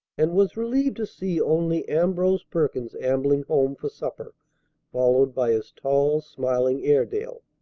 and was relieved to see only ambrose perkins ambling home for supper followed by his tall, smiling airedale.